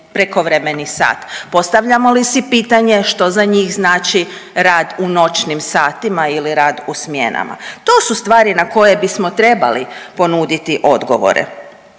prekovremeni sat? Postavljamo li si pitanje što za njih znači rad u noćnim satima ili rad u smjenama? To su stvari na koje bismo trebali ponuditi odgovore.